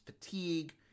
fatigue